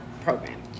program